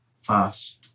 fast